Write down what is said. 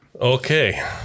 Okay